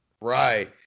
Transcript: Right